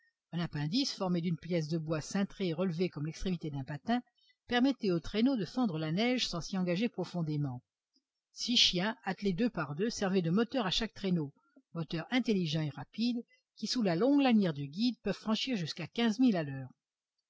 un appendice formé d'une pièce de bois cintrée et relevée comme l'extrémité d'un patin permettait au traîneau de fendre la neige sans s'y engager profondément six chiens attelés deux par deux servaient de moteurs à chaque traîneau moteurs intelligents et rapides qui sous la longue lanière du guide peuvent franchir jusqu'à quinze milles à l'heure